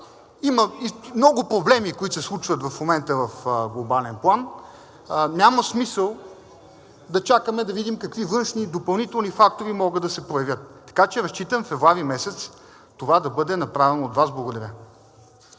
има много проблеми, които се случват в момента в глобален план, няма смисъл да чакаме да видим какви външни допълнителни фактори могат да се проявят. Така че разчитам месец февруари това да бъде направено от вас. Благодаря.